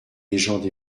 légendes